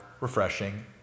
refreshing